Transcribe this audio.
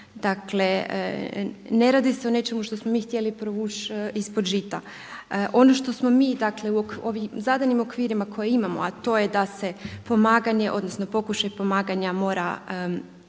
Dakle, ne radi se o nečemu što smo mi htjeli provući ispod žita. Ono što smo mi dakle u ovim zadanim okvirima koje imamo a to je da se pomaganje odnosno pokušaj pomaganja mora kazniti